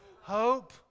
Hope